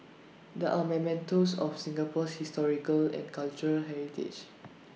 they are mementos of Singapore's historical and cultural heritage